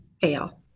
fail